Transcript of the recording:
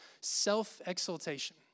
self-exaltation